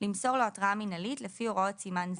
למסור לו התראה מינהלית לפי הוראות סימן זה.